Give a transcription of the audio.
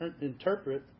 interpret